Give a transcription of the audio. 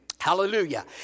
Hallelujah